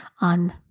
on